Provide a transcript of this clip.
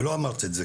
ולא אמרתי את זה,